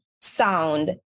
sound